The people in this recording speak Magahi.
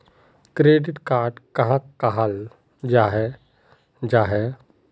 क्रेडिट कार्ड कहाक कहाल जाहा जाहा?